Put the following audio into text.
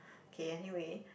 okay anyway